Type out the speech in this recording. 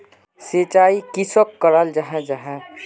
सिंचाई किसोक कराल जाहा जाहा?